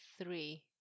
three